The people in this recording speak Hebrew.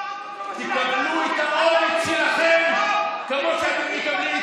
אל תענה לי כשאני מדבר.